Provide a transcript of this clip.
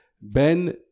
Ben